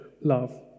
love